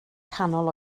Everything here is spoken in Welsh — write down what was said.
canol